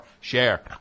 share